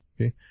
okay